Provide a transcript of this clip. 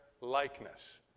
likeness